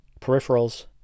peripherals